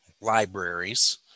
libraries